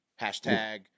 Hashtag